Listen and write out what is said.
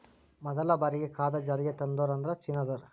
ಮದಲ ಬಾರಿ ಕಾಗದಾ ಜಾರಿಗೆ ತಂದೋರ ಅಂದ್ರ ಚೇನಾದಾರ